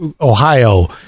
Ohio